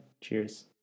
Cheers